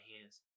hands